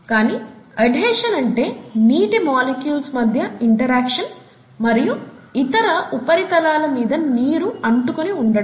కానీ అడ్హిషన్ అంటే నీటి మాలిక్యూల్స్ మధ్య ఇంటరాక్షన్ మరియు ఇతర ఉపరితలాలు మీద నీరు అంటుకుని ఉండటం